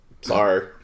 Sorry